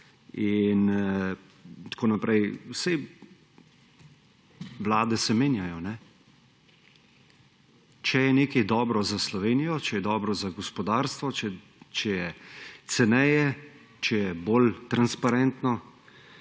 in tako naprej. Saj vlade se menjajo. Če je nekaj dobro za Slovenijo, če je dobro za gospodarstvo, če je ceneje, če je bolj transparentno,